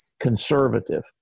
conservative